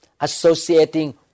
associating